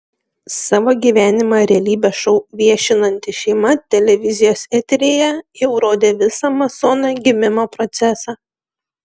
savo gyvenimą realybės šou viešinanti šeima televizijos eteryje jau rodė visą masono gimimo procesą